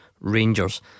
Rangers